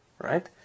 right